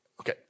Okay